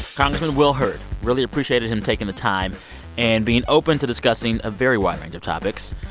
congressman will hurd really appreciated him taking the time and being open to discussing a very wide range of topics.